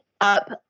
up